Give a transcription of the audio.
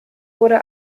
wurde